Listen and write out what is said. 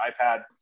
iPad